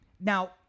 Now